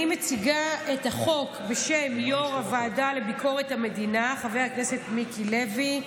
אני מציגה את החוק בשם יו"ר הוועדה לביקורת המדינה חבר הכנסת מיקי לוי,